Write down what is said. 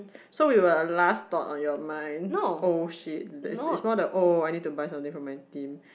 so we were at our last stop on your mind oh shit it's it's not the oh I need to buy something for my team